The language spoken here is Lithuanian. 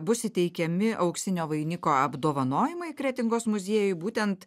bus įteikiami auksinio vainiko apdovanojimai kretingos muziejuj būtent